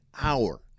hour